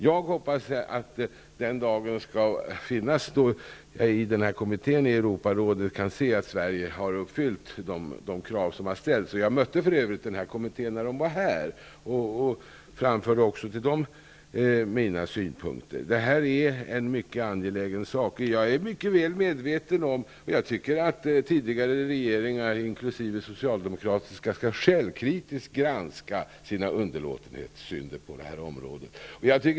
Jag hoppas att den dag skall komma då Europarådskommittén kan säga att Sverige har uppfyllt de krav som har ställts. Jag mötte för övrigt ledamöterna i denna kommitté när de var här och framförde till dem mina synpunkter. Detta är en angelägen sak. Jag tycker att tidigare regeringar, inkl. socialdemokratiska, självkritiskt skall granska sina underlåtenhetssynder på detta område.